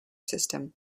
system